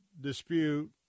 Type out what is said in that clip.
dispute